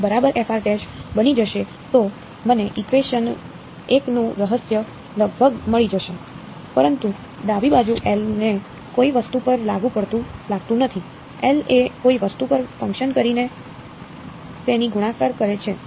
જો તે બરાબર f બની જશે તો મનેઇકવેશન 1 નું RHS લગભગ મળી જશે પરંતુ ડાબી બાજુ L ને કોઈ વસ્તુ પર લાગુ પડતું લાગતું નથી L એ કોઈ વસ્તુ પર ફંકશન કરીને તેની ગુણાકાર કરે છે